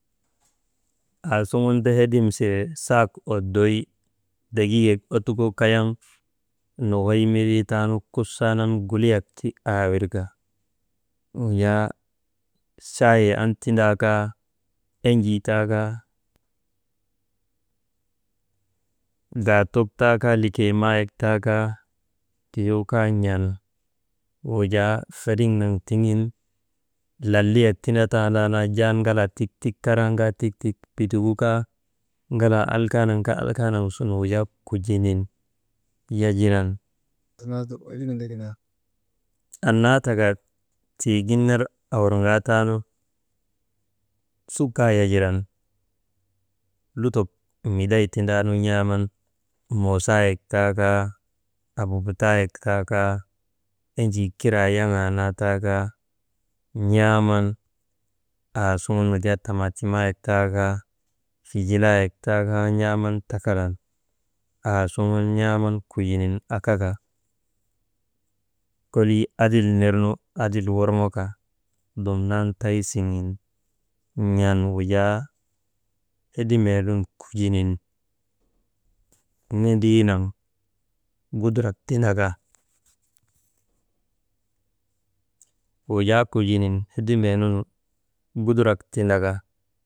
Aasuŋun ta hedim sire sak oddoy degiigak ottukoo kayan nokoy mindriinu taanu kuliyak ti aawirka wujaa chayee an tindaa kaa, enjii taa kaa, gaatok taa kaa, likeemat taa kaa, tuyoo kaa n̰an wujaa feriŋ nat tiŋin lalliyak tindatandaa jaa ŋalaa tik tik karan ŋalaa tik tik bitigu kaa ŋalaa alkaanak sun kujinin yagiran annaa taka tigin ner awur ŋaataanu suk ka yagiran lutok miday tindaanu n̰aaman, moosaayek taa kaa, ababataayek taa kaa, enjii kiraa yaŋaa naa taa kaa n̰aaman, aasuŋu wujaa tamaatimaayek taa kaa, figilaayek taa kaa n̰aaman takalan aasugun n̰aaman kujinin akaka kolii adil nirnu adil worŋoka dumnan tay siŋen n̰an wujaa hedimee nun kujinin n̰edii kudurak tindaka, wujaa kujinin hedimeenu gudurak tindaka.